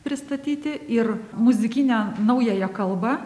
pristatyti ir muzikinę naująją kalbą